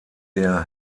der